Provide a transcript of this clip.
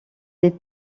des